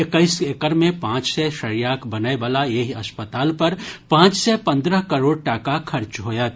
एक्कैस एकड़ मे पांच सय शय्याक बनयवला एहि अस्पताल पर पांच सय पंद्रह करोड़ टाका खर्च होयत